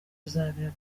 uzabera